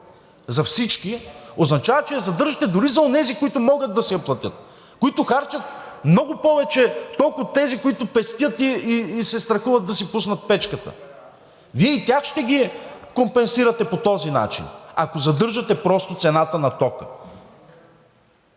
за всички, означава, че я задържате дори за онези, които могат да си я платят, които харчат много повече ток от тези, които пестят и се страхуват да си пуснат печката. Вие и тях ще ги компенсирате по този начин, ако просто задържате цената на тока.